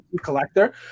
collector